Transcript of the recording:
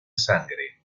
sangre